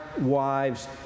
wives